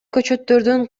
көчөттөрдүн